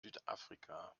südafrika